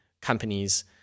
companies